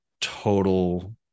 total